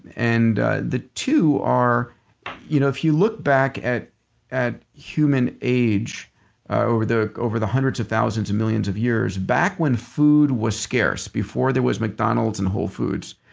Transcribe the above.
and the two are you know if you look back at at human age over the over the hundreds of thousands of millions of years, back when food was scarce, before there was mcdonald's and whole foods,